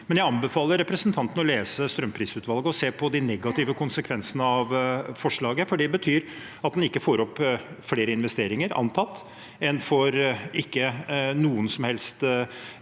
men jeg anbefaler representanten å lese strømprisutvalgets rapport og se på de negative konsekvensene av forslaget, for det betyr at en antatt ikke får opp flere investeringer, en får ikke noen som helst